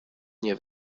nie